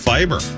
Fiber